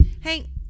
hey